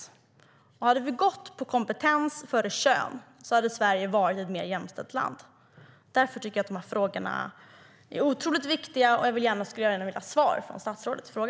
Om vi hade gått på kompetens före kön hade Sverige varit ett mer jämställt land. Därför tycker jag att dessa frågor är otroligt viktiga, och jag skulle gärna vilja ha svar från statsrådet.